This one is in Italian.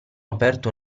aperto